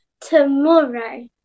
tomorrow